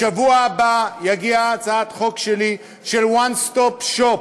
בשבוע הבא תגיע הצעת חוק שלי של One Stop Shop,